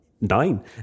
Nine